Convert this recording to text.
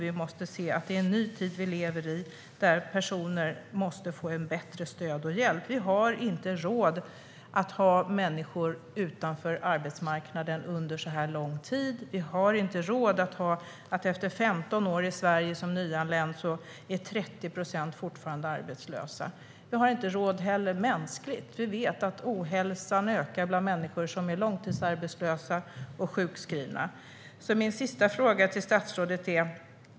Vi lever i en ny tid, där personer måste få bättre stöd och hjälp. Vi har inte råd att ha människor utanför arbetsmarknaden under så här lång tid. Vi har inte råd med att 30 procent fortfarande är arbetslösa 15 år efter att de anlände till Sverige. Vi har heller inte råd mänskligt. Vi vet att ohälsan ökar bland människor som är långtidsarbetslösa och sjukskrivna. Långtidsarbetslösheten ökar.